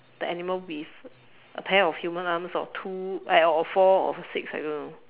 the animal with a pair of human arms or two eh or four or six I don't know